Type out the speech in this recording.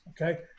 okay